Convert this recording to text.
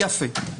יפה.